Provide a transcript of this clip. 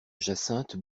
jacinthe